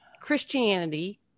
Christianity